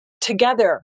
together